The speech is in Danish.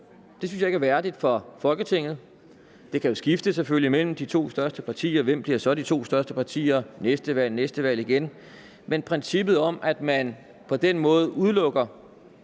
Det synes jeg ikke er værdigt for Folketinget. Det kan jo skifte, selvfølgelig, mellem de to største partier, for hvem bliver så de to største partier ved næste valg eller næste valg, men princippet om, at man på den måde udelukker